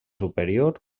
superior